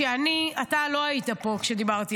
אתה לא היית פה כשדיברתי,